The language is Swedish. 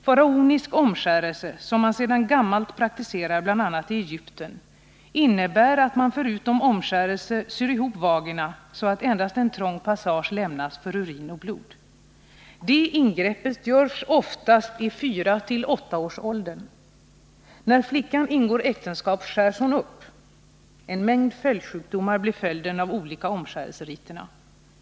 Faraonisk omskärelse, som man sedan gammalt praktiserar bl.a. i Egypten, innebär att man förutom omskärelse syr ihop vagina så att endast en trång passage lämnas för urin och blod. Det ingreppet görs oftast i 4-8-årsåldern. När flickan ingår äktenskap skärs hon upp. En mängd följdsjukdomar blir följden av de olika omskärelseriterna.